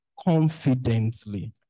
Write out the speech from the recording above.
confidently